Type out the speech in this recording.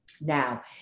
Now